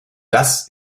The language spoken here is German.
das